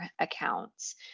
accounts